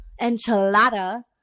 enchilada